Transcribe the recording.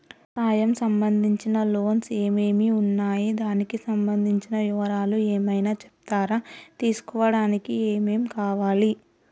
వ్యవసాయం సంబంధించిన లోన్స్ ఏమేమి ఉన్నాయి దానికి సంబంధించిన వివరాలు ఏమైనా చెప్తారా తీసుకోవడానికి ఏమేం కావాలి?